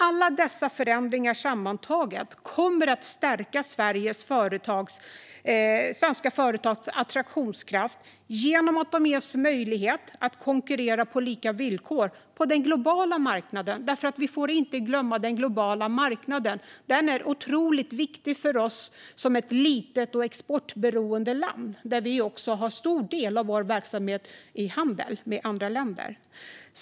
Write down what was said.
Alla dessa förändringar sammantaget kommer att stärka svenska företags attraktionskraft genom att de ges möjlighet att konkurrera på lika villkor på den globala marknaden. Vi får nämligen inte glömma den globala marknaden. Den är otroligt viktig för oss som ett litet och exportberoende land. En stor del av vår verksamhet är handel med andra länder.